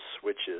switches